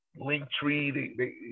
Linktree